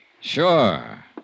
Sure